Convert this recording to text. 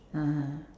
(uh huh)